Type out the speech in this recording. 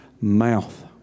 mouth